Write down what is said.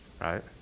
right